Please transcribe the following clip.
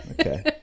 Okay